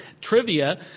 trivia